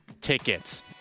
tickets